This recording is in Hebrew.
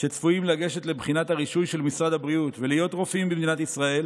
שצפויים לגשת לבחינת הרישוי של משרד הבריאות ולהיות רופאים במדינת ישראל